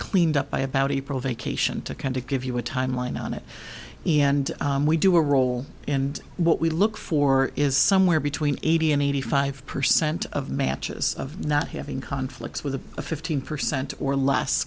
cleaned up by about april vacation to kind of give you a timeline on it and we do a role and what we look for is somewhere between eighty and eighty five percent of matches not having conflicts with a fifteen percent or less